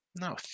no